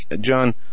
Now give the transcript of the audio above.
John